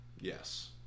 Yes